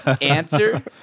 answer